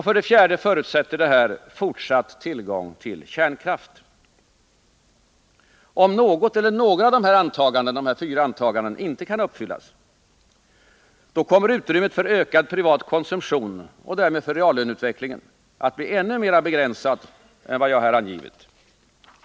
För det fjärde måste vi ha fortsatt tillgång till kärnkraft. Om något eller några av dessa fyra antaganden inte kan uppfyllas, kommer utrymmet för ökad privat konsumtion — och därmed för reallöneutvecklingen —att bli ännu mer begränsat än vad jag här angivit.